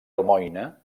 almoina